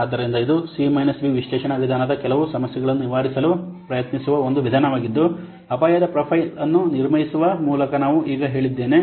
ಆದ್ದರಿಂದ ಇದು C B ವಿಶ್ಲೇಷಣಾ ವಿಧಾನದ ಕೆಲವು ಸಮಸ್ಯೆಗಳನ್ನು ನಿವಾರಿಸಲು ಪ್ರಯತ್ನಿಸುವ ಒಂದು ವಿಧಾನವಾಗಿದ್ದು ಅಪಾಯದ ಪ್ರೊಫೈಲ್ ಅನ್ನು ನಿರ್ಮಿಸುವ ಮೂಲಕ ನಾನು ಈಗ ಹೇಳಿದ್ದೇನೆ